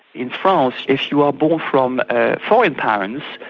in france if you are born from ah foreign parents,